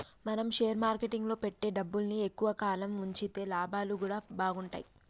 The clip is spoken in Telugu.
మనం షేర్ మార్కెట్టులో పెట్టే డబ్బుని ఎక్కువ కాలం వుంచితే లాభాలు గూడా బాగుంటయ్